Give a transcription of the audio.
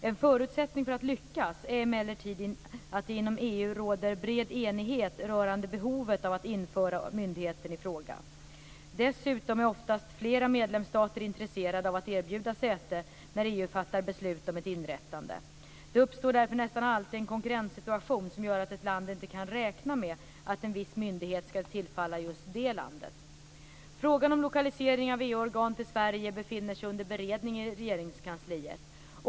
En förutsättning för att lyckas är emellertid att det inom EU råder bred enighet rörande behovet av att införa myndigheten i fråga. Dessutom är oftast flera medlemsstater intresserade av att erbjuda säte för ett organ när EU fattar beslut om ett inrättande. Det uppstår därför nästan alltid en konkurrenssituation som gör att ett land inte kan räkna med att en viss myndighet skall tillfalla just det landet. Frågan om lokalisering av EU-organ till Sverige befinner sig under beredning i Regeringskansliet.